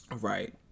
Right